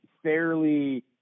fairly